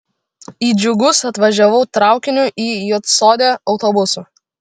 į džiugus atvažiavau traukiniu į juodsodę autobusu